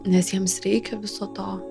nes jiems reikia viso to